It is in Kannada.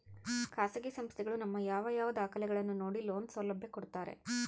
ಖಾಸಗಿ ಸಂಸ್ಥೆಗಳು ನಮ್ಮ ಯಾವ ಯಾವ ದಾಖಲೆಗಳನ್ನು ನೋಡಿ ಲೋನ್ ಸೌಲಭ್ಯ ಕೊಡ್ತಾರೆ?